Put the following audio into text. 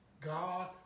God